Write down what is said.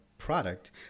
Product